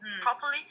properly